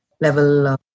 level